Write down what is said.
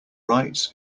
rights